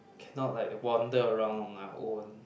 cannot like they wonder around on my own